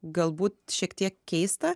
galbūt šiek tiek keista